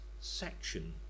section